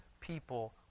people